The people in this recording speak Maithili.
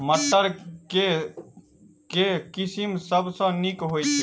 मटर केँ के किसिम सबसँ नीक होइ छै?